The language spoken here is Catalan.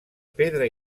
pedra